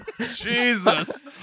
Jesus